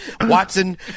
Watson